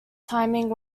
timing